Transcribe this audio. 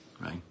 Right